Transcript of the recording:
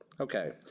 Okay